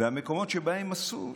המקומות שבהם אסור,